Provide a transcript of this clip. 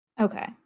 Okay